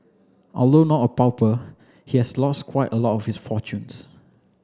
although not a pauper he has lost quite a lot of his fortunes